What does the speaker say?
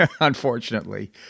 unfortunately